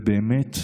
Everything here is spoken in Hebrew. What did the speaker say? ובאמת,